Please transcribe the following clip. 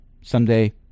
Someday